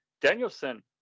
Danielson